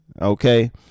Okay